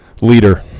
Leader